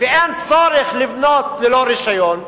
ואין צורך לבנות ללא רשיון,